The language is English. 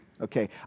okay